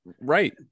right